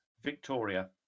Victoria